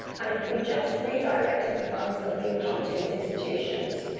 and if we just redirected the funds that are being pumped into institutions,